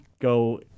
go